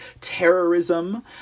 terrorism